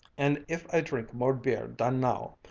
and if i drink more beer dan now,